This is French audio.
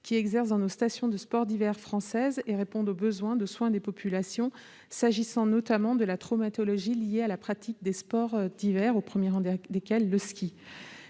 qui exercent dans nos stations de sports d'hiver françaises et répondent aux besoins de soins des populations, s'agissant notamment de la traumatologie liée à la pratique des sports d'hiver, au premier rang desquels figure